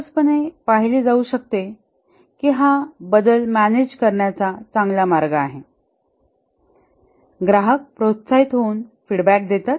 सहजपणे पाहिले जाऊ शकते की हा बदल मॅनेज करण्याचा हा चांगला मार्ग आहे ग्राहक प्रोत्साहित होऊन फीडबॅक देतात